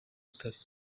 atari